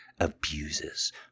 abuses